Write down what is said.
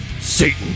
Satan